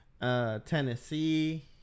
Tennessee